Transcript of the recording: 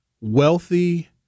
wealthy